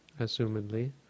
assumedly